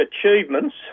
achievements